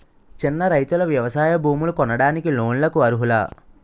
చిన్న రైతులు వ్యవసాయ భూములు కొనడానికి లోన్ లకు అర్హులా?